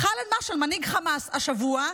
משעל, חאלד משעל, מנהיג חמאס, השבוע.